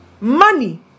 Money